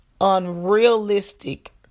unrealistic